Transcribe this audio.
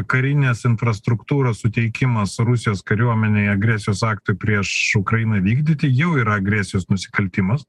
karinės infrastruktūros suteikimas rusijos kariuomenėje agresijos aktui prieš ukrainą vykdyti jau yra agresijos nusikaltimas